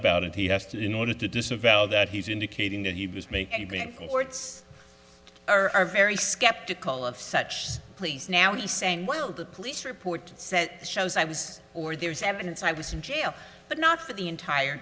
about it he has to in order to disavow that he's indicating that he was making a great forts are very skeptical of such police now he's saying well the police report says shows i was or there's evidence i was in jail but not for the entire